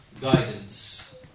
guidance